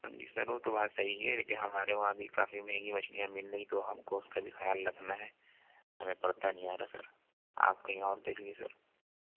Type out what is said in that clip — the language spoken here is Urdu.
جی سر وہ تو بات صحیح ہے لیکن ہمارے وہاں بھی کافی مہنگی مچھلیاں مل رہی ہیں تو ہم کو اس کا بھی خیال رکھنا ہے ہمیں پڑتا نہیں آ رہا سر آپ کہیں اور دیکھ لیجیے سر